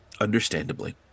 Understandably